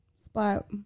spot